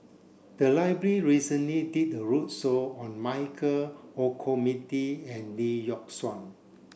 the library recently did a roadshow on Michael Olcomendy and Lee Yock Suan